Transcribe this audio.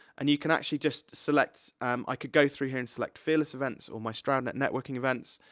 and you can actually just select, um i could go through here and select fearless events, or my stroudnet networking events,